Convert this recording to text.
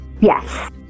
Yes